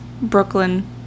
Brooklyn